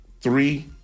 three